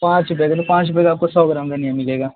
पाँच रुपए का तो पाँच रुपए का आपको सौ ग्राम धनिया मिलेगा